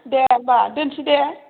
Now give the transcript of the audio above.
दे होमबा दोनसै दे